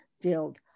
field